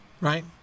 right